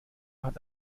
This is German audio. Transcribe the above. hat